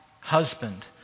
husband